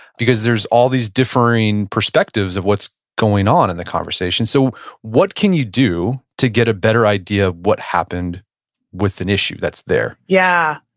because there's all these differing perspectives of what's going on in the conversation. so what can you do to get a better idea of what happened with an issue that's there? yeah.